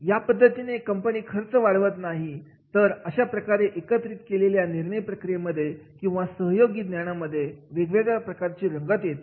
या पद्धतीने कंपनीचा खर्च वाढत नाही तर एक प्रकारे एकत्रितपणे केलेल्या निर्णय प्रक्रियेमध्ये किंवा सहयोगी ज्ञानामध्ये वेगळ्या प्रकारची रंगत येते